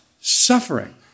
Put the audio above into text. Suffering